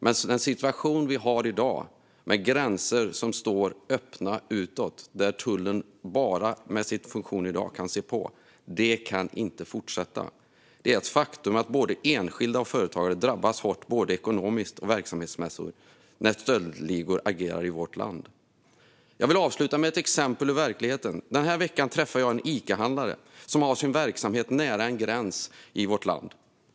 Men den situation vi har i dag, när gränserna står öppna utåt och tullen med den funktion den har i dag bara kan se på, kan inte fortsätta. Det är ett faktum att både enskilda och företagare drabbas hårt både ekonomiskt och verksamhetsmässigt när stöldligor agerar i vårt land. Jag vill avsluta med ett exempel ur verkligheten. Denna vecka träffade jag en Icahandlare som har sin verksamhet nära en gräns i vårt land.